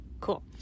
Cool